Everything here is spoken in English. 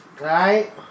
Right